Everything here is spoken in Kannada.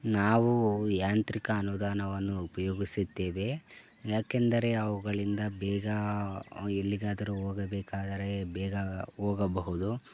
ನಾವು ಯಾಂತ್ರಿಕ ಅನುದಾನವನ್ನು ಉಪಯೋಗಿಸುತ್ತೇವೆ ಏಕೆಂದರೆ ಅವುಗಳಿಂದ ಬೇಗ ಎಲ್ಲಿಗಾದರೂ ಹೋಗಬೇಕಾದರೆ ಬೇಗ ಹೋಗಬಹುದು